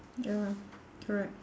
ya correct